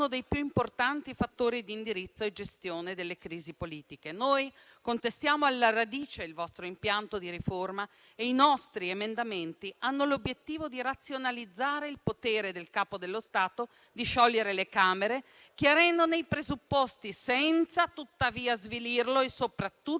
dei più importanti fattori di indirizzo e gestione delle crisi politiche. Noi contestiamo alla radice il vostro impianto di riforma e i nostri emendamenti hanno l'obiettivo di razionalizzare il potere del Capo dello Stato di sciogliere le Camere, chiarendone i presupposti, senza tuttavia svilirlo e, soprattutto,